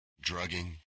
drugging